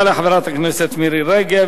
תודה לחברת הכנסת מירי רגב.